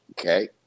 Okay